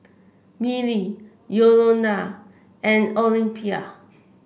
Milly Yolonda and Olympia